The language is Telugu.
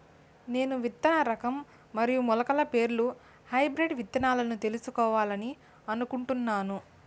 నేను విత్తన రకం మరియు మొలకల పేర్లు హైబ్రిడ్ విత్తనాలను తెలుసుకోవాలని అనుకుంటున్నాను?